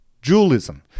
dualism